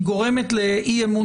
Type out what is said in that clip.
היא גורמת לאי אמון